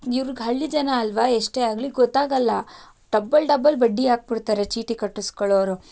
ಇವರಿಗೆ ಹಳ್ಳಿ ಜನ ಅಲ್ವ ಎಷ್ಟೇ ಆಗ್ಲಿ ಗೊತ್ತಾಗಲ್ಲ ಡಬ್ಬಲ್ ಡಬ್ಬಲ್ ಬಡ್ಡಿ ಹಾಕಿಬಿಡ್ತಾರೆ ಚೀಟಿ ಕಟ್ಟಿಸ್ಕೊಳ್ಳೋರು